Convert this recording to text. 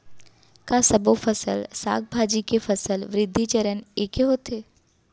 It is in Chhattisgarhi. का सबो फसल, साग भाजी के फसल वृद्धि चरण ऐके होथे?